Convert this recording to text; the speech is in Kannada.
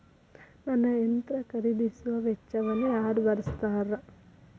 ನನ್ನ ಯಂತ್ರ ಖರೇದಿಸುವ ವೆಚ್ಚವನ್ನು ಯಾರ ಭರ್ಸತಾರ್?